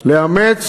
לאמץ